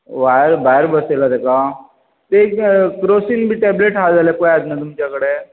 वयर भायर बसयलां ताका ते एक क्रोसिन बी टेबलेट आसल्यार पळेयात न्हय तुमचे कडेन